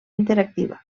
interactiva